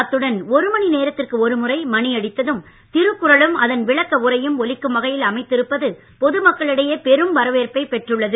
அத்துடன் ஒரு மணி நேரத்திற்கு ஒரு முறை மணியடித்ததும் திருக்குறளும் அதன் விளக்க உரையும் ஒலிக்கும் வகையில் அமைத்திருப்பது பொது மக்களிடையே பெரும் வரவேற்பை பெற்றுள்ளது